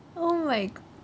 oh my g~